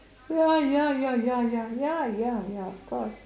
ya ya ya ya ya ya ya ya of course